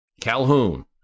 Calhoun